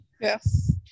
Yes